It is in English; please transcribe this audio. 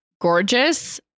gorgeous